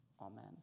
Amen